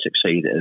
succeed